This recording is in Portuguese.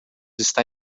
está